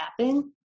happen